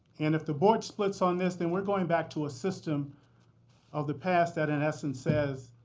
and if the board splits on this then we're going back to a system of the past that in essence says